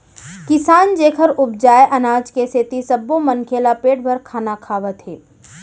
किसान जेखर उपजाए अनाज के सेती सब्बो मनखे ल पेट भर खाना खावत हे